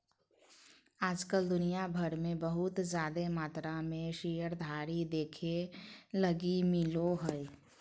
आज कल दुनिया भर मे बहुत जादे मात्रा मे शेयरधारी देखे लगी मिलो हय